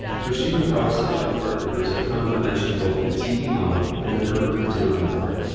toshiba power supply part numbers are found by matching both the tv model and a number printed on the board.